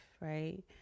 right